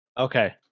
okay